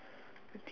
K